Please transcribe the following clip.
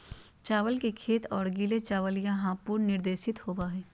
चावल के खेत और गीले चावल यहां पुनर्निर्देशित होबैय हइ